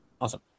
awesome